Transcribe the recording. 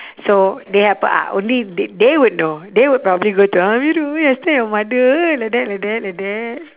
so they happen ah only they they would know they would probably go to amirul eh last time your mother eh like that like that like that